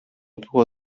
było